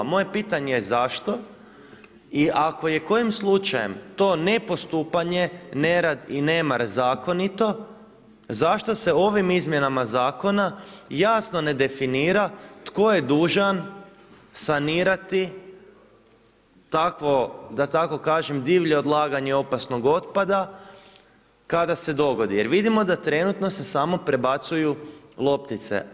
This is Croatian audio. Moje je pitanje zašto i ako je kojim slučajem to ne postupanje, nerad i nemar zakonito zašto se ovim izmjenama zakona jasno ne definira tko je dužan sanirati takvo da tako kažem divlje odlaganje opasnog otpada kada se dogodi jer vidimo da trenutno se samo prebacuju loptice.